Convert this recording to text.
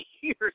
years